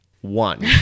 one